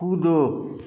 कूदो